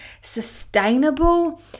sustainable